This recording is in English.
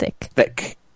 Thick